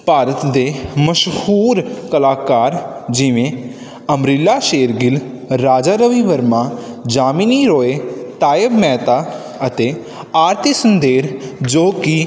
ਭਾਰਤ ਦੇ ਮਸ਼ਹੂਰ ਕਲਾਕਾਰ ਜਿਵੇਂ ਅਮਰੀਲਾ ਸ਼ੇਰਗਿੱਲ ਰਾਜਾ ਰਵੀ ਵਰਮਾ ਜਾਮਿਨੀ ਰੋਏ ਤਾਇਬ ਮਹਿਤਾ ਅਤੇ ਆਰਤੀ ਸੰਦੇਰ ਜੋ ਕਿ